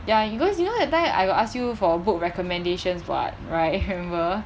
ya because you know that time I got ask you for book recommendations [what] right remember